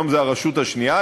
היום זו הרשות השנייה,